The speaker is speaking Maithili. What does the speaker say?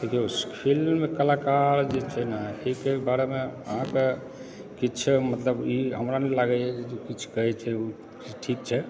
देखियौ फिल्म कलाकार जे छै ने ताहिके बारेमे अहाँकेँ किछु मतलब ई हमरा नहि लागैया किछु कहै छै ऊ ठीक छै